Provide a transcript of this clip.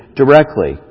directly